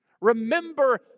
Remember